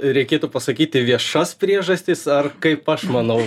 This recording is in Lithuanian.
reikėtų pasakyti viešas priežastis ar kaip aš manau